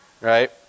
right